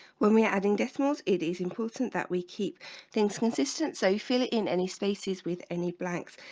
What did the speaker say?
when we are adding decimals it is important that we keep things consistent so you fill it in any spaces with any blanks?